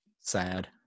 Sad